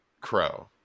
Crow